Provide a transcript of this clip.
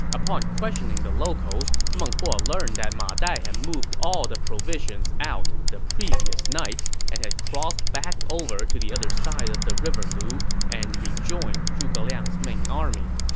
upon questioning the locals, meng huo learned that ma dai had moved all the provisions out the previous night and had crossed back over to the other side of the river lu and rejoined zhuge liang's main army.